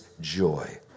joy